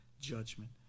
judgment